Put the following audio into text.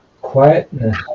quietness